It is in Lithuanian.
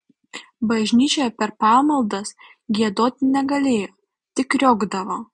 bažnyčioje per pamaldas giedoti negalėjo tik kriokdavo